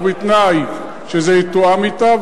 ובתנאי שזה יתואם אתה,